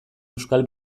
euskal